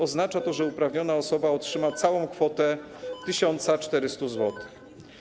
Oznacza to, że uprawniona osoba otrzyma całą kwotę 1400 zł.